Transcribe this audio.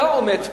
אתה עומד פה,